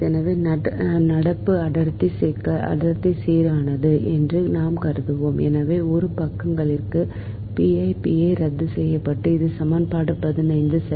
எனவே நடப்பு அடர்த்தி சீரானது என்று நாம் கருதுவோம் எனவே இரு பக்கங்களிலும் pi pi ரத்து செய்யப்படும் இது சமன்பாடு 15 சரி